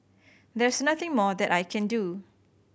there's nothing more that I can do